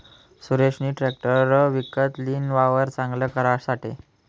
सुरेशनी ट्रेकटर विकत लीन, वावर चांगल करासाठे